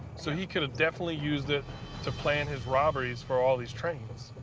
so he could've definitely used it to plan his robberies for all these trains.